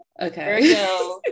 Okay